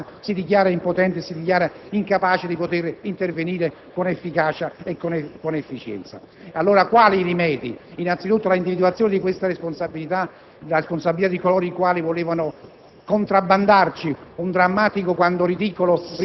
nei confronti di questa emergenza, anche lo stesso Bertolaso si dichiara impotente ed incapace di potere intervenire con efficacia e con efficienza. Quali i rimedi? Innanzitutto, la individuazione della responsabilità di coloro i quali volevano